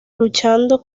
luchando